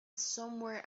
somewhere